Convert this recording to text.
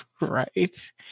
Right